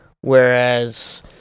whereas